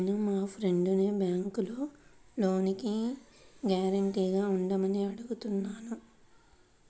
నేను మా ఫ్రెండ్సుని బ్యేంకులో లోనుకి గ్యారంటీగా ఉండమని అడుగుతున్నాను